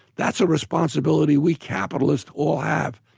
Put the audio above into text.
that's a responsibility we capitalists all have,